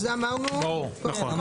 נכון,